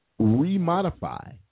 remodify